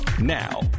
Now